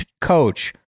coach